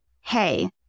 Hey